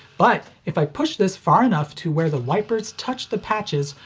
but, if i push this far enough to where the wipers touch the patches,